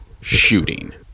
shooting